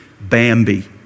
Bambi